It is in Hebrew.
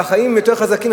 והחיים יותר חזקים,